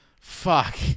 Fuck